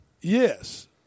Yes